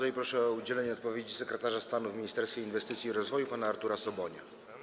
I proszę o udzielenie odpowiedzi sekretarza stanu w Ministerstwie Inwestycji i Rozwoju pana Artura Sobonia.